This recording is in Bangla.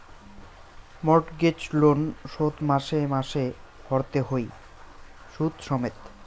মর্টগেজ লোন শোধ মাসে মাসে ভরতে হই শুধ সমেত